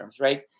right